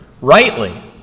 rightly